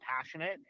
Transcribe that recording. passionate